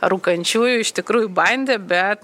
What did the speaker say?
rūkančiųjų iš tikrųjų bandė bet